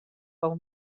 fou